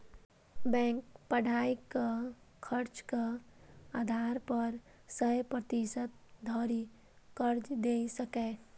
bank पढ़ाइक खर्चक आधार पर सय प्रतिशत धरि कर्ज दए सकैए